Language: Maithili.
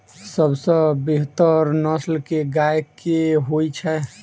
सबसँ बेहतर नस्ल केँ गाय केँ होइ छै?